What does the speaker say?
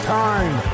time